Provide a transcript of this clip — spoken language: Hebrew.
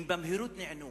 הם במהירות נענו.